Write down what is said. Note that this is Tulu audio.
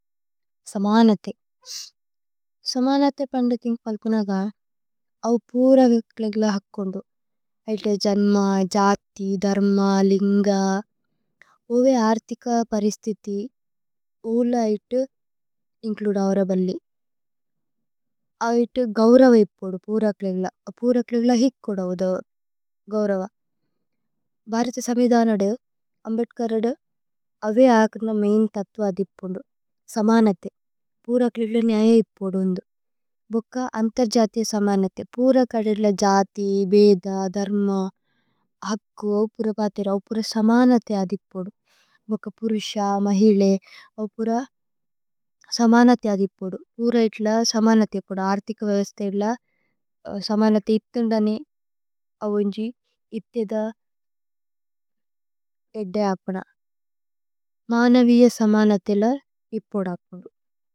സമനഥേ സമനഥേ പന്ദിതിന്ക് പല്കുനഗ അവു പൂര। വേക്തകലേഗ്ല ഹക്കോന്ദു ഹൈതേ ജന്മ ജഥി ധര്മ ലിന്ഗ। ഓവേ ആര്തിക പരിസ്തിഥി ഊല ഹൈതേ ഇന്ച്ലുദേ അവരബല്ലി। ഹൈതേ ഗൌരവ ഇപ്പോദു പൂര കലേഗ്ല പൂര। കലേഗ്ല ഹിക്കോദവുദു ഗൌരവ ഭ്ഹരതിയ സമ്ഹിഥനദു। അമ്ബേദ്കരദു അവേ ആകന മൈന് തത്ത്വ ദിപ്പോന്ദു സമനഥേ। പൂര കലേഗ്ല ന്യയ ഇപ്പോദു ഉന്ദു ഭുക്ക അന്തര് ജഥി। സമനഥേ പൂര കലേഗ്ല ജഥി വേദ ധര്മ ഹക്കു അവപുര പതിര അവപുര സമനഥേ അദ് ഇപ്പോദു ഭുക്ക। പുരുശ മഹിലേ അവപുര സമനഥേ അദ് ഇപ്പോദു പൂര। കലേഗ്ല സമനഥേ ഇപ്പോദു ആര്തിക വേവസ്തഹില സമനഥേ। ഇത്ഥേന്ദനേ അവന്ജി ഇത്ഥേദ। ഏദ്ദൈ അപന മാനവിയ സമനഥേ ഇലൈ ഇപ്പോദു അപന।